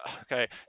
okay